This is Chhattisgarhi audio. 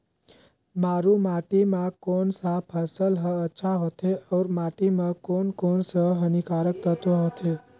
मारू माटी मां कोन सा फसल ह अच्छा होथे अउर माटी म कोन कोन स हानिकारक तत्व होथे?